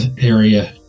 area